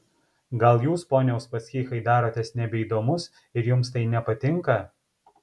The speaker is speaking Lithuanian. gal jūs pone uspaskichai darotės nebeįdomus ir jums tai nepatinka